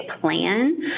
plan